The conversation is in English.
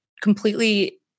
completely